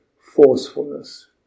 forcefulness